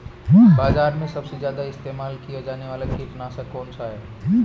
बाज़ार में सबसे ज़्यादा इस्तेमाल किया जाने वाला कीटनाशक कौनसा है?